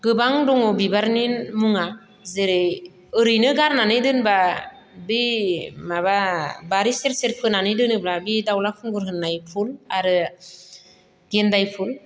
गोबां दङ बिबारनि मुङा जेरै ओरैनो गारनानै दोनब्ला बे माबा बारि सेर सेर फोनानै दोनोब्ला बे दाउला खुंगुर होननाय फुल आरो गेन्दाय फुल